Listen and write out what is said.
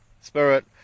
spirit